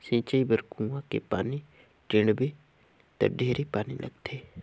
सिंचई बर कुआँ के पानी टेंड़बे त ढेरे पानी लगथे